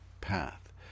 path